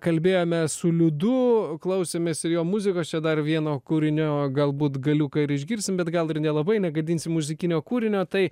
kalbėjome su liudu klausėmės ir jo muzikos čia dar vieno kūrinio galbūt galiuką ir išgirsim bet gal ir nelabai negadinsim muzikinio kūrinio tai